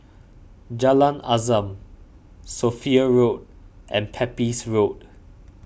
Jalan Azam Sophia Road and Pepys Road